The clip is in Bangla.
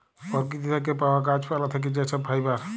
পরকিতি থ্যাকে পাউয়া গাহাচ পালা থ্যাকে যে ছব ফাইবার